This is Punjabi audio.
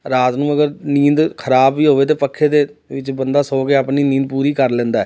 ਰਾਤ ਨੂੰ ਅਗਰ ਨੀਂਦ ਖ਼ਰਾਬ ਵੀ ਹੋਵੇ ਤਾਂ ਪੱਖੇ ਦੇ ਵਿੱਚ ਬੰਦਾ ਸੌ ਕੇ ਆਪਣੀ ਨੀਂਦ ਪੂਰੀ ਕਰ ਲੈਂਦਾ